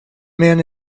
man